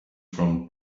from